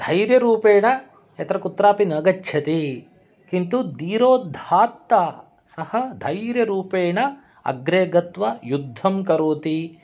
धैर्यरूपेण यत्र कुत्रापि न गच्छति किन्तु धीरोदात्त सह धैर्यरूपेण अग्रे गत्वा युद्धं करोति